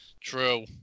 true